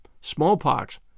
smallpox